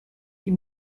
die